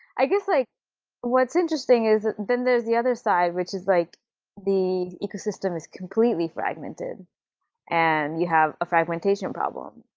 i guess like what's interesting is, then, there's the other side which is like the ecosystem is completely fragmented and you have a fragmentation problem.